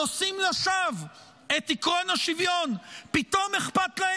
נושאים לשווא את שם עקרון השוויון.